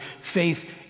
Faith